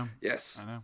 yes